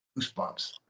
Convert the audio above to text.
goosebumps